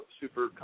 super